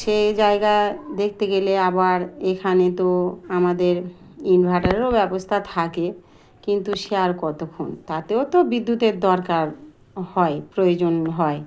সেই জায়গা দেখতে গেলে আবার এখানে তো আমাদের ইনভার্টারেরও ব্যবস্থা থাকে কিন্তু সে আর কতক্ষণ তাতেও তো বিদ্যুতের দরকার হয় প্রয়োজন হয়